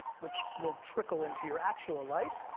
which will trickle into your actual life,